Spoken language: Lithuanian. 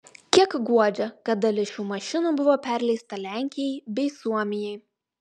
kiek guodžia kad dalis šių mašinų buvo perleista lenkijai bei suomijai